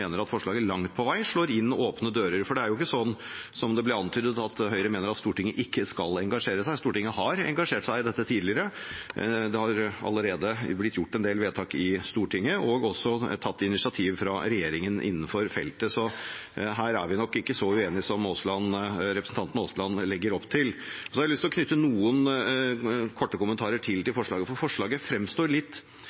forslaget langt på vei slår inn åpne dører. Det er ikke slik som det ble antydet, at Høyre mener at Stortinget ikke skal engasjere seg. Stortinget har engasjert seg i dette tidligere. Det er allerede fattet en del vedtak i Stortinget og tatt initiativ fra regjeringens side innenfor feltet. Så her er vi nok ikke så uenige som representanten Aasland legger opp til. Jeg har lyst å knytte noen korte kommentarer til til